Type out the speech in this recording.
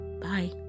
Bye